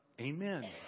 Amen